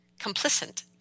complicit